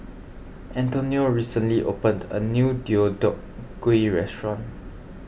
Antonio recently opened a new Deodeok Gui restaurant